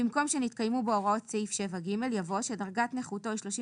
במקום "שנתקיימו בו הוראות סעיף 7ג" יבוא "שדרגת נכותו היא 35